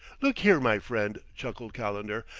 look here, my friend, chuckled calendar,